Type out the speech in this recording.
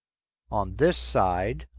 on this side.